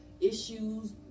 Issues